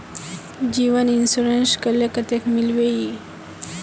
जीवन इंश्योरेंस करले कतेक मिलबे ई?